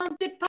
good